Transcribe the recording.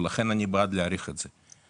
ולכן אני בעד להאריך את זה,